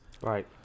Right